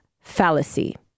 fallacy